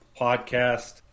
podcast